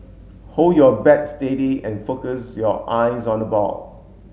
hold your bat steady and focus your eyes on the ball